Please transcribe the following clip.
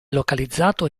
localizzato